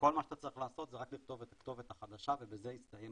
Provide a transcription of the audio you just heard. כל מה שאתה צריך לעשות זה רק לכתוב את הכתובת החדשה ובזה הסתיים